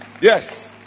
Yes